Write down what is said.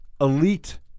elite